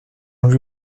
louis